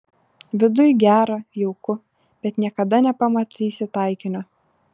viduj gera jauku bet niekada nepamatysi taikinio